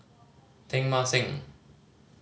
Teng Mah Seng